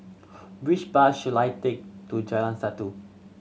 which bus should I take to Jalan Satu